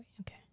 Okay